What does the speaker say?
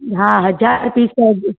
हा हज़ार पीस